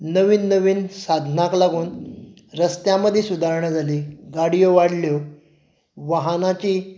नवीन नवीन सादनांक लागून रस्त्या मदीं सुदारणा जालीं गाडयो वाडल्यो वाहनाची